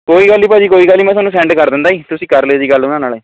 ਕੋਈ ਗੱਲ ਨੀ ਭਾਅ ਜੀ ਕੋਈ ਗੱਲ ਨੀ ਮੈਂ ਤੁਹਾਨੂੰ ਸੈਂਡ ਕਰ ਦਿੰਦਾ ਜੀ ਤੁਸੀਂ ਕਰ ਲਿਓ ਜੀ ਗੱਲ ਉਹਨਾਂ ਨਾਲ਼ ਹੀ